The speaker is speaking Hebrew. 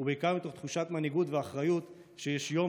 ובעיקר מתוך תחושת מנהיגות ואחריות שיש יום